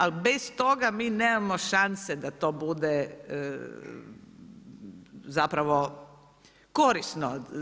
Ali bez toga mi nemamo šanse da to bude zapravo korisno.